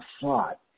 thought